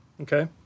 Okay